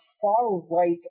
far-right